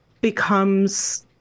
becomes